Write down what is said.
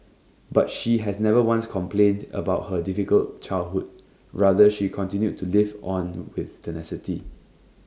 but she has never once complained about her difficult childhood rather she continued to live on with tenacity